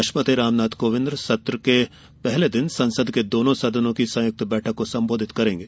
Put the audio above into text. राष्ट्रपति रामनाथ कोविंद सत्र के पहले दिन संसद के दोनों सदनों की संयुक्त बैठक को संबोधित करेंगे